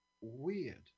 weird